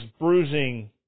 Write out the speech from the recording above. bruising